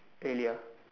really ah